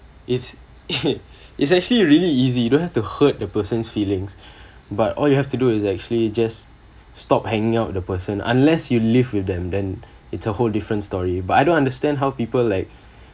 it is actually really easy you don't have to hurt the person's feelings but all you have to do is actually just stop hanging out with the person unless you live with them then it's a whole different story but I don't understand how people like